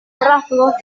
rasgos